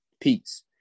Peace